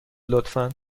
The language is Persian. لطفا